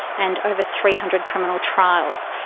and over three hundred criminal trials.